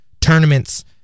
tournaments